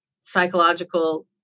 psychological